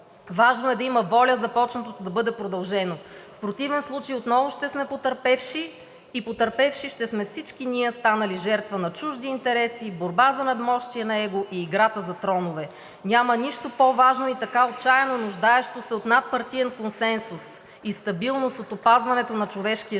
Важно е да има воля започнатото да бъде продължено. В противен случай отново ще сме потърпевши и потърпевши сме всички ние, станали жертва на чужди интереси и борба за надмощие на его и играта за тронове. Няма нищо по-важно и така отчаяно нуждаещо се от надпартиен консенсус и стабилност от опазването на човешкия